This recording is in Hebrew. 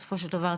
בסופו של דבר,